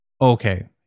okay